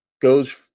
goes